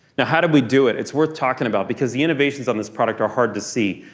now how did we do it? it's worth talking about because the innovations on this product are hard to see.